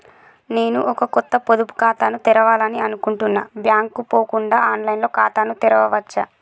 నేను ఒక కొత్త పొదుపు ఖాతాను తెరవాలని అనుకుంటున్నా బ్యాంక్ కు పోకుండా ఆన్ లైన్ లో ఖాతాను తెరవవచ్చా?